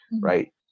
right